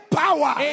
power